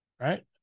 Right